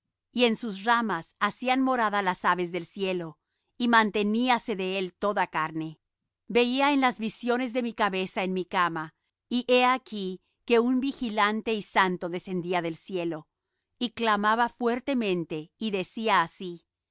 y en sus ramas hacían morada las aves del cielo y manteníase de él toda carne veía en las visiones de mi cabeza en mi cama y he aquí que un vigilante y santo descendía del cielo y clamaba fuertemente y decía así